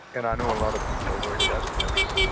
and i know a lot of people are worried about the country.